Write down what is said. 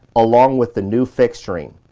along with the new fixturing.